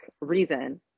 reason